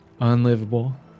unlivable